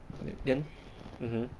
and then mmhmm